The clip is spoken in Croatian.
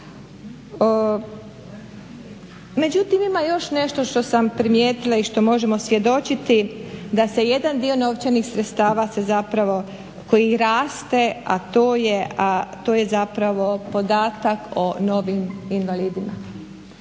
Međutim, ima još nešto što sam primijetila i što možemo svjedočiti, da se jedan dio novčanih sredstava se zapravo, koji raste a to je zapravo podatak o novim invalidima.